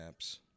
apps